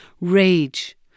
Rage